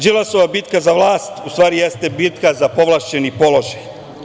Đilasova bitka za vlast u stvari jeste bitka za povlašćeni položaj.